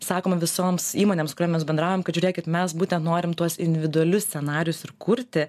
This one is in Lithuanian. sakome visoms įmonėms su kuriom mes bendraujam kad žiūrėkit mes būtent norim tuos individualius scenarijus ir kurti